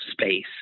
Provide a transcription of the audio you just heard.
space